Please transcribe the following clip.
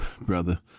brother